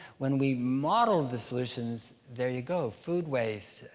when we model the solutions, there you go. food waste.